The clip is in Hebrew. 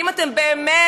אם אתם באמת,